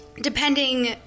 depending